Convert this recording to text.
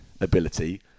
ability